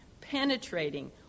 penetrating